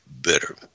bitter